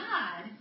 God